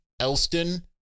Elston